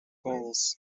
bulls